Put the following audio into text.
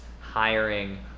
hiring